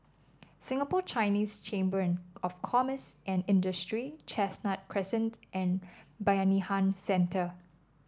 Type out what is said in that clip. Singapore Chinese Chamber of Commerce and Industry Chestnut Crescent and Bayanihan Centre